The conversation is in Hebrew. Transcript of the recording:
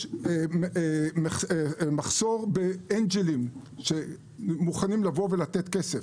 יש מחסור באנג'לים שמוכנים לבוא ולתת כסף.